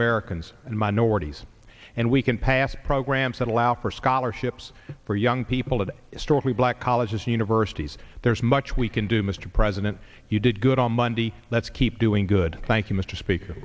americans and minorities and we can pass programs that allow for scholarships for young people of historically black colleges and universities there's much we can do mr president you did good on monday let's keep doing good thank you mr speaker